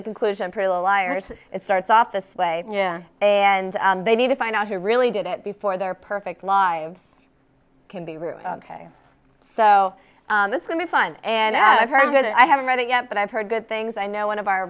the conclusion pretty little liars it starts off this way and they need to find out who really did it before they're perfect lives can be rude so this can be fun and i've heard a good i haven't read it yet but i've heard good things i know one of our